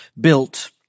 built